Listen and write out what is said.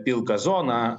pilką zoną